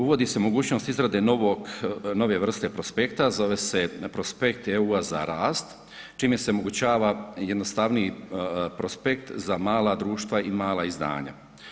Uvodi se mogućnost izrade novog, nove vrste prospekta, zove se Prospekt EU-a za rast, čime se omogućava jednostavniji prospekt za mala društva i mala izdanja.